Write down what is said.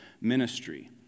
ministry